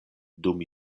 dum